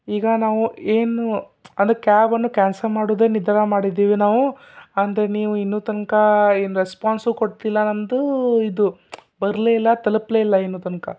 ಈಗ ನಾವು ಏನು ಅಂದರೆ ಕ್ಯಾಬನ್ನು ಕ್ಯಾನ್ಸಲ್ ಮಾಡೋದೇ ನಿಧಾನ ಮಾಡಿದ್ದೀವಿ ನಾವು ಅಂದರೆ ನೀವು ಇನ್ನೂ ತನಕ ಏನೂ ರೆಸ್ಪಾನ್ಸು ಕೊಟ್ಟಿಲ್ಲ ನನ್ನದು ಇದು ಬರಲೇ ಇಲ್ಲ ತಲುಪಲೇ ಇಲ್ಲ ಇನ್ನೂ ತನಕ